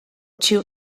two